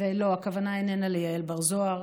ולא, הכוונה איננה ליעל בר זוהר